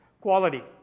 quality